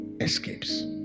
escapes